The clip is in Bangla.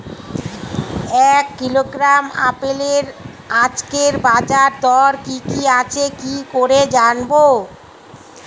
এক কিলোগ্রাম আপেলের আজকের বাজার দর কি কি আছে কি করে জানবো?